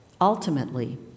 Ultimately